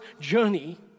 journey